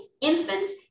infants